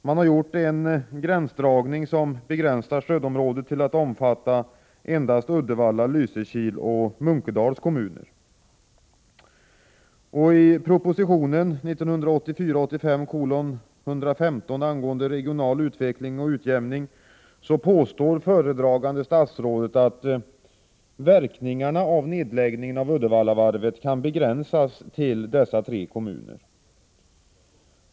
Man har gjort en sådan gränsdragning att stödområdet omfattar endast Uddevalla, Lysekils och Munkedals kommuner. I proposition 1984/85:115 angående regional utveckling och utjämning påstår föredragande statsrådet att verkningarna av nedläggningen av Uddevallavarvet kan begränsas till dessa tre kommuner.